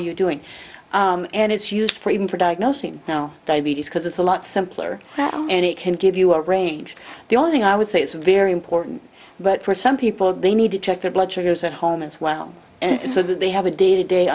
you doing and it's used for even for diagnosing now diabetes because it's a lot simpler and it can give you a range the only thing i would say is very important but for some people they need to check their blood sugars at home as well and so they have a day to day